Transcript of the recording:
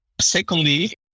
Secondly